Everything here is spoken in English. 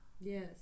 Yes